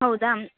ಹೌದಾ